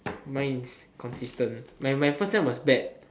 mine is consistent my my first time was bad